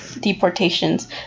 deportations